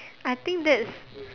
I think that's